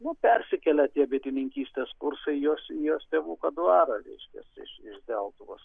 nu persikėlė tie bitininkystės kursai į jos į jos tėvuko dvarą reiškia iš deltuvos